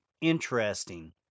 interesting